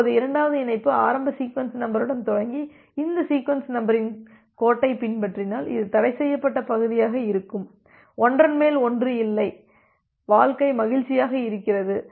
இப்போது இரண்டாவது இணைப்பு ஆரம்ப சீக்வென்ஸ் நம்பருடன் தொடங்கி இந்த சீக்வென்ஸ் நம்பரின் கோட்டைப் பின்பற்றினால் இது தடைசெய்யப்பட்ட பகுதியாக இருக்கும் ஒன்றன் மேல் ஒன்று இல்லை வாழ்க்கை மகிழ்ச்சியாக இருக்கிறது